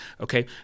okay